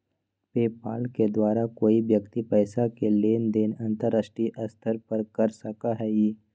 PayPal के द्वारा कोई व्यक्ति पैसा के लेन देन अंतर्राष्ट्रीय स्तर पर कर सका हई